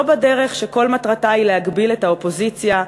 לא בדרך שכל מטרתה היא להגביל את האופוזיציה,